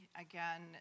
again